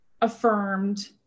affirmed